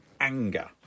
anger